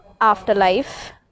afterlife